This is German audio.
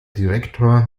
direktor